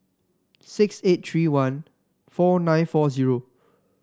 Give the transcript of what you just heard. six eight three one four nine four zero